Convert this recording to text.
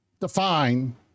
define